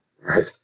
Right